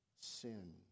sin